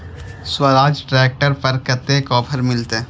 Swaraj tractor पर कतेक offer मिलते?